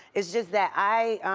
it's just that i,